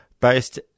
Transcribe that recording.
based